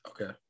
Okay